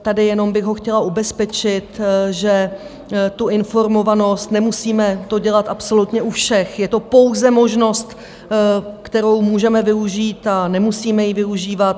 Tady jenom bych ho chtěla ubezpečit, že tu informovanost nemusíme to dělat absolutně u všech, je to pouze možnost, kterou můžeme využít a nemusíme ji využívat.